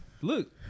Look